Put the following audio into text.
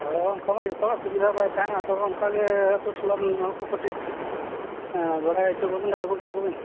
ᱦᱮᱸ ᱚᱱᱠᱟ ᱢᱟ ᱡᱚᱛᱚᱣᱟᱜ ᱥᱩᱵᱤᱫᱷᱟ ᱵᱟᱝ ᱛᱟᱦᱮᱱᱟ ᱟᱫᱚ ᱵᱟᱝ ᱚᱱᱠᱟᱜᱮ ᱟᱛᱳ ᱴᱚᱞᱟ ᱨᱮᱱ ᱦᱚᱲ ᱠᱟᱹᱴᱤᱡ ᱵᱟᱲᱟᱭ ᱦᱚᱪᱚ ᱠᱚᱵᱮᱱ ᱟᱨ ᱟᱹᱜᱩ ᱦᱚᱪᱚ ᱠᱚᱵᱤᱱ